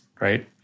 right